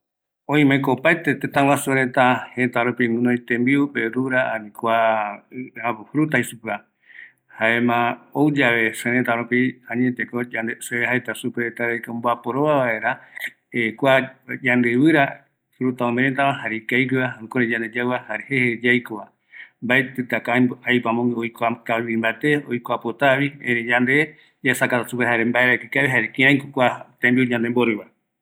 ﻿Oimeko opaete tëtaguasu reta jëta rupi guinoi tembiu, verdura, ani kua äpo fruta jei supeva jaema ouyave serëta rupi, añeteko yande se jaeta supe rerta de que omboaporova vaera kua yande ivira fruta ometava jare ikavigueva jukurai yande yagua jare jeje yaikova, mbaetitako äipo amöguë oikua kavi mbate oikuapotavi erei yande yaesakata supe jare mbaerako ikavi jare kiraiko kua tembiu yandebvoriva